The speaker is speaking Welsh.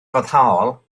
foddhaol